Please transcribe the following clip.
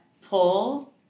pull